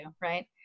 right